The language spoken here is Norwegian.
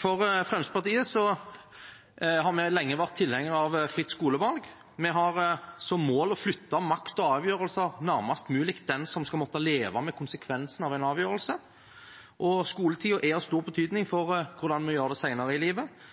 Fremskrittspartiet har vi lenge vært tilhenger av fritt skolevalg. Vi har som mål å flytte makt og avgjørelser nærmest mulig den som skal måtte leve med konsekvensene av en avgjørelse. Skoletiden er av stor betydning for hvordan vi har det senere i livet.